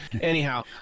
anyhow